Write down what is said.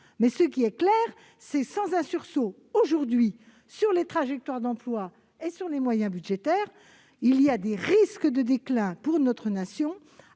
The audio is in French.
mais, ce qui est clair, c'est que sans un sursaut aujourd'hui sur les trajectoires d'emplois et sur les moyens budgétaires, il y a des risques de déclin pour notre nation,